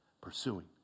pursuing